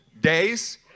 days